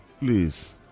Please